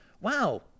wow